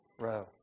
Row